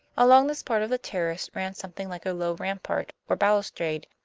along this part of the terrace ran something like a low rampart or balustrade,